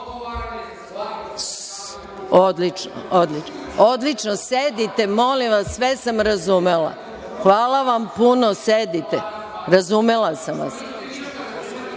SNS-a.)Odlično. Sedite, molim vas, sve sam razumela. Hvala vam puno. Sedite. Razumela sam